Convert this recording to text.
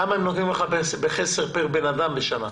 כמה הם נותנים לך בחסר פר בן אדם בשנה?